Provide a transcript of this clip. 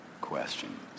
questions